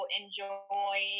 enjoy